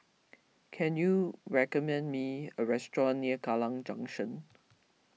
can you recommend me a restaurant near Kallang Junction